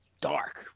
dark